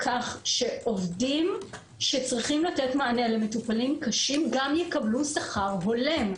כך שעובדים שצריכים לתת מענה למטופלים קשים גם יקבלו שכר הולם.